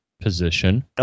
position